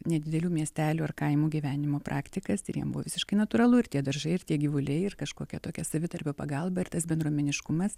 nedidelių miestelių ar kaimo gyvenimo praktikas ir jiem buvo visiškai natūralu ir tie daržai ir tie gyvuliai ir kažkokia tokia savitarpio pagalba ir tas bendruomeniškumas